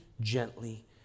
gently